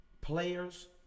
Players